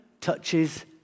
touches